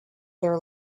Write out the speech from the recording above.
their